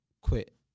quit